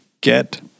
get